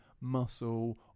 muscle